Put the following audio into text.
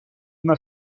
una